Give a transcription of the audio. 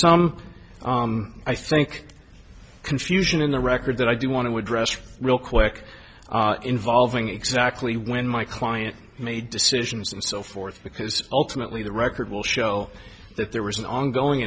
some i think confusion in the record that i do want to address real quick involving exactly when my client made decisions and so forth because ultimately the record will show that there was an ongoing